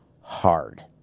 hard